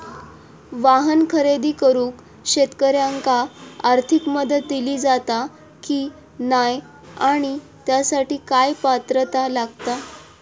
वाहन खरेदी करूक शेतकऱ्यांका आर्थिक मदत दिली जाता की नाय आणि त्यासाठी काय पात्रता लागता?